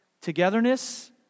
Togetherness